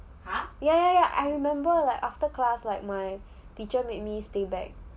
ya ya ya I remember like after class like my teacher made me stay back